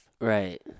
Right